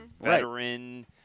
veteran